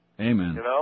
Amen